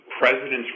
president's